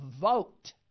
vote